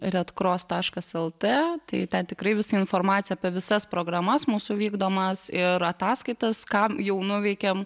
redkros taškas el t tai ten tikrai visą informaciją apie visas programas mūsų vykdomas ir ataskaitas ką jau nuveikėm